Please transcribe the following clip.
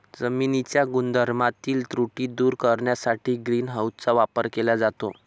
जमिनीच्या गुणधर्मातील त्रुटी दूर करण्यासाठी ग्रीन हाऊसचा वापर केला जातो